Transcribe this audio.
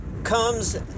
comes